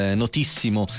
notissimo